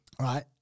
Right